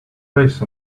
face